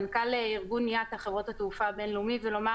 מנכל ארגון IATA, חברות התעופה הבין-לאומי, ולומר